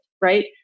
Right